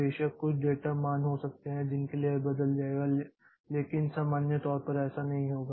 बेशक कुछ डेटा मान हो सकते हैं जिनके लिए यह बदल जाएगा लेकिन सामान्य तौर पर ऐसा नहीं होगा